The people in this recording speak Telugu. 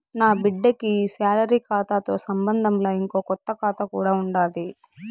నాబిడ్డకి ఈ సాలరీ కాతాతో సంబంధంలా, ఇంకో కొత్త కాతా కూడా ఉండాది